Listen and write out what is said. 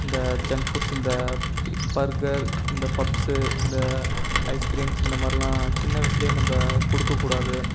இந்த junk foods இந்த burger இந்த பப்ஸு இந்த ஐஸ்கிரீம்ஸ் இந்தமாதிரிலாம் சின்ன வயதிலே நம்ம கொடுக்கக்கூடாது